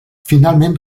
finalment